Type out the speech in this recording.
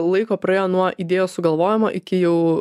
laiko praėjo nuo idėjos sugalvojimo iki jau